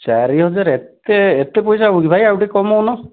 ଚାରି ହଜାର ଏତେ ଏତେ ପଇସା ହେଉଛି ଭାଇ ଆଉ ଟିକିଏ କମାଉନ